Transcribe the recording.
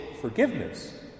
forgiveness